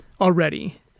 already